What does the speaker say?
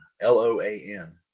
L-O-A-N